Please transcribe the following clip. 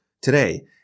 today